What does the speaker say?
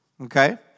Okay